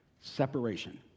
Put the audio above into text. separation